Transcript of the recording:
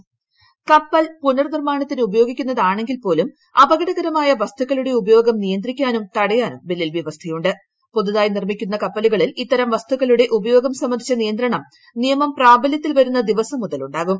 കപ്പൽ ഉപയോഗിക്കുന്നതാണെങ്കിൽ പുനർനിർമ്മാണത്തിന് പോലും അപകടകരമായ വസ്തുക്കളുടെ ഉപയോഗം നിയന്ത്രിക്കാനും തടയാനും ബില്ലിൽവ്യവസ്ഥയു പുതിയതായി നിർമ്മിക്കുന്ന കപ്പലുകളിൽ ഇത്തരം വസ്തുക്കളുടെ ഉപയോഗം സംബന്ധിച്ച നിയന്ത്രണം നിയമം പ്രാബലൃത്തിൽ വരുന്ന ദിവസംമുതൽ ഉ ാകും